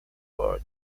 park